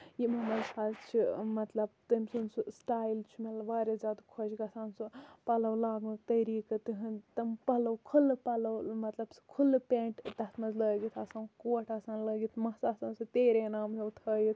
یِمَن مَنٛز حظ چھُ مطلب تٔمۍ سُنٛد سُہ سٹایل چھُ مےٚ واریاہ زیادٕ خۄش گَژھان سُہ پَلَو لاگنُک طٔریقہٕ تہنٛد تِم پَلَو کھُلہٕ پلو مطلب سُہ کھُلہٕ پیٚنٹ تتھ مَنٛز لٲگِتھ آسان کوٹ آسان لٲگِتھ مَس آسان سُہ تیرے نام ہیٚو تھٲیِتھ